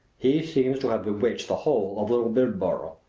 he seems to have bewitched the whole of little bildborough.